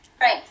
right